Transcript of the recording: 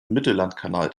mittellandkanal